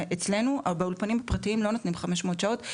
באולפנים פרטיים לא נותנים 500 שעות.